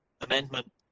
amendment